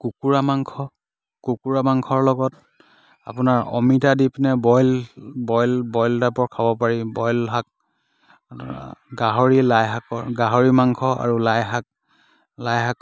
কুকুৰা মাংস কুকুৰা মাংসৰ লগত আপোনাৰ অমিতা দি পিনে বইল বইল বইল টাইপৰ খাব পাৰি বইল শাক গাহৰি লাইশাকৰ গাহৰি মাংস আৰু লাইশাক লাইশাক